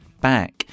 back